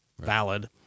valid